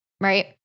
Right